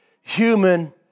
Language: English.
human